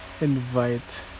invite